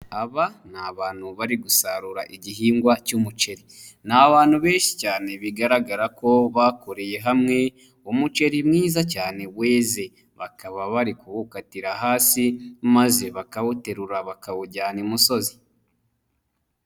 Aba ni abantu bari gusarura igihingwa cy'umuceri, ni abantu benshi cyane bigaragara ko bakoreye hamwe umuceri mwiza cyane weze bakaba bari kuwukatira hasi maze bakawuterura bakawujyana imusozi.